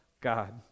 God